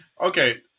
Okay